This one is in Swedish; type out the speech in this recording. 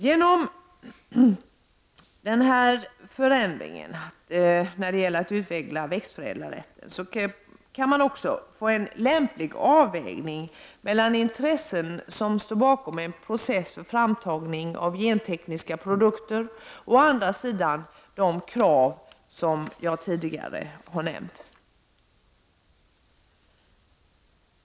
Genom den här förändringen när det gäller att utveckla växtförädlarrätten kan man också få en lämplig avvägning mellan å ena sidan intressen som står bakom en process för framtagning av gentekniska produkter och å andra sidan de krav som jag tidigare nämnt.